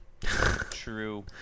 True